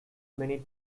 many